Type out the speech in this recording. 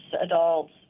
adults